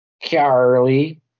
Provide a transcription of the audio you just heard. Charlie